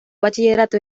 bachillerato